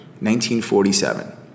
1947